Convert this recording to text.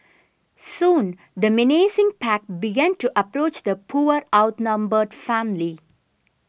soon the menacing pack began to approach the poor outnumbered family